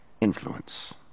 influence